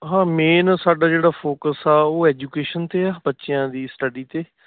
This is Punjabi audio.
ਹਾਂ ਮੇਨ ਸਾਡਾ ਜਿਹੜਾ ਫੋਕਸ ਆ ਉਹ ਐਜੂਕੇਸ਼ਨ 'ਤੇ ਆ ਬੱਚਿਆਂ ਦੀ ਸਟਡੀ 'ਤੇ